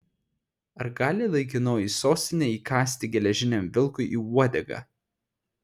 ar gali laikinoji sostinė įkąsti geležiniam vilkui į uodegą